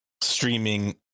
streaming